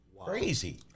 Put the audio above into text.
crazy